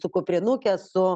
su kuprinuke su